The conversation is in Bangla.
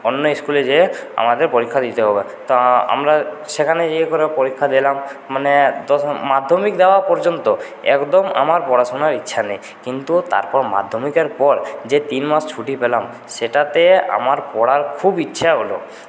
অন্য স্কুলে যেয়ে আমাদের পরীক্ষা দিতে হবে তো আমরা সেখানে যেয়ে করে পরীক্ষা দিলাম মানে তখন মাধ্যমিক দেওয়া পর্যন্ত একদম আমার পড়াশোনার ইচ্ছা নেই কিন্তু তারপর মাধ্যমিকের পর যে তিন মাস ছুটি পেলাম সেটাতে আমার পড়ার খুব ইচ্ছে হলো